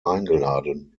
eingeladen